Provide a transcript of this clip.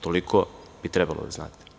Toliko bi trebalo da znate.